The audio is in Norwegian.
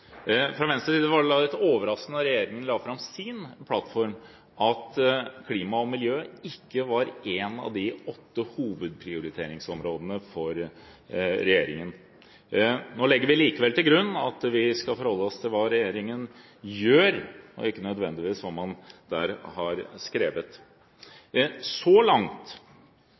Fra Venstres side var det litt overraskende da regjeringen la fram sin plattform, at klima og miljø ikke var en av de åtte hovedprioriteringsområdene for regjeringen. Nå legger vi likevel til grunn at vi skal forholde oss til hva regjeringen gjør, og ikke nødvendigvis hva den der har skrevet.